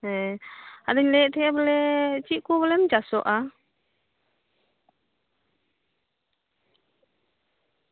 ᱦᱮᱸ ᱟᱫᱚᱧ ᱞᱟᱹᱭᱮᱫ ᱛᱟᱦᱮᱸᱜ ᱵᱚᱞᱮ ᱪᱮᱫ ᱠᱚ ᱵᱚᱞᱮᱢ ᱪᱟᱥᱚᱜᱼᱟ